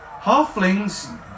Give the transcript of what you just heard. Halflings